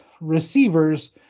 receivers